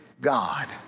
God